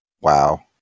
Wow